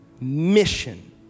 mission